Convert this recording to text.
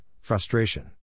Frustration